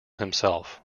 himself